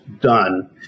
done